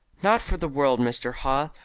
not for the world, mr. haw.